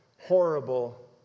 horrible